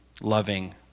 loving